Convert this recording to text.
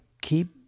keep